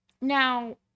Now